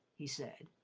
he said,